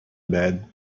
bad